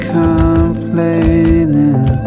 complaining